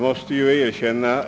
Herr talman!